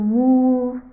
move